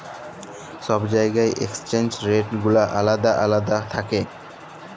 ছব জায়গার exchange rate গুলা আলেদা আলেদা থ্যাকে